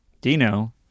Dino